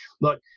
look